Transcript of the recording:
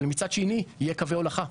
אבל מצד שני יהיו קווי הולכה,